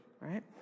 right